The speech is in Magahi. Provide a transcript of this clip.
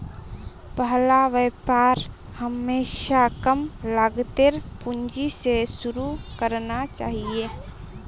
पहला व्यापार हमेशा कम लागतेर पूंजी स शुरू करना चाहिए